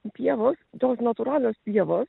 pievos tos natūralios pievos